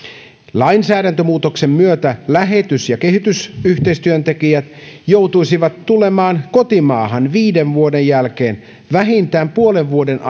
lainsäädäntömuutoksen myötä lähetys ja kehitysyhteistyöntekijät joutuisivat tulemaan kotimaahan viiden vuoden jälkeen vähintään puolen vuoden